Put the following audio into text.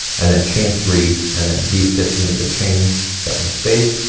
and then chain three, and then v-stitch into the chain seven space.